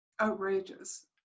outrageous